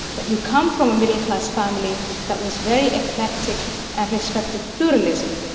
but you come from a middle class family that was very eclectic and respected pluralism.